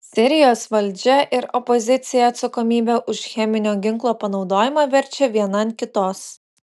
sirijos valdžia ir opozicija atsakomybę už cheminio ginklo panaudojimą verčia viena ant kitos